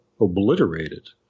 obliterated